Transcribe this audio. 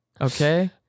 Okay